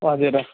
हजुर अँ